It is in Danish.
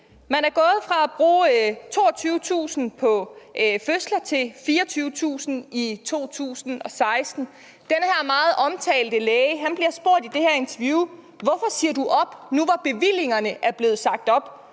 Man er gået fra at bruge 22.000 kr. på en fødsel i 2013 til 24.000 kr. i 2016. Den her meget omtalte læge bliver i det her interview spurgt: Hvorfor siger du op nu, hvor bevillingerne er blevet sat op?